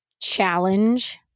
challenge